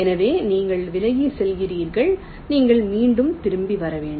எனவே நீங்கள் விலகிச் சென்றீர்கள் நீங்கள் மீண்டும் திரும்பி வர வேண்டும்